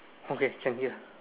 okay can hear